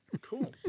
Cool